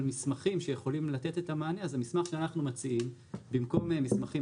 מסמכים שיכולים לתת את המענה אז המסמך שאנחנו מציעים במקום מסמכים